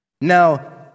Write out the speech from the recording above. Now